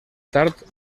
tard